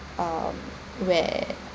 um where